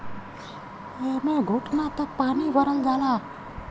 एम्मे घुटना तक पानी भरल जाला